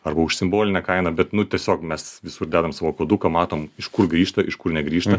arba už simbolinę kainą bet nu tiesiog mes visur dedam savo koduką matom iš kur grįžta iš kur negrįžta